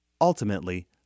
Ultimately